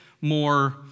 more